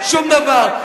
שום דבר.